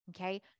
Okay